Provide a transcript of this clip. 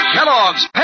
Kellogg's